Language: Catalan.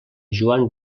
joan